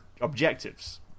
objectives